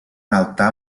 altar